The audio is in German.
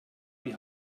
die